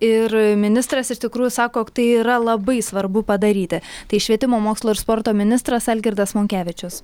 ir ministras iš tikrųjų sako jog tai yra labai svarbu padaryti tai švietimo mokslo ir sporto ministras algirdas monkevičius